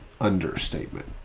understatement